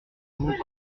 vous